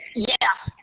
yes.